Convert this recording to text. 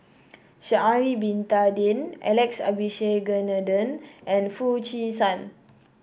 Sha'ari Bin Tadin Alex Abisheganaden and Foo Chee San